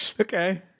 Okay